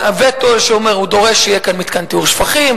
הווטו הוא שהוא דורש שיהיה כאן מתקן לטיהור שפכים,